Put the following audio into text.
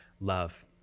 love